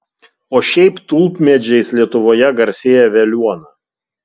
o šiaip tulpmedžiais lietuvoje garsėja veliuona